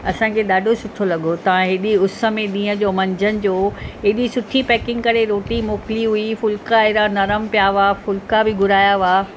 असांखे ॾाढो सुठो लॻो तव्हां ऐॾी उस में ॾींहं जो मंझंदि जो ऐॾी सुठी पैकिंग करे रोटी मोकिली हुई फुलिका ऐॾा नरम पिया हुआ फुलका बि घुराया हुआ